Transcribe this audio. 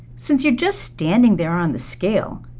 since you're just standing there on the scale,